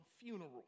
funeral